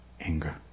anger